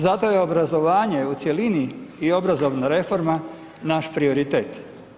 Zato je obrazovanje u cjelini i obrazovna reforma naš prioritet.